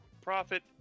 profit